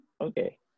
Okay